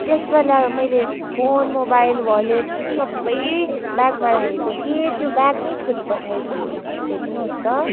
त्यसबेला मैले phone mobile wallet सबै ब्यागमा राखेको थिएँ त्यो ब्याग नै छोडिपठाएछु हेरिदिनुहोस् त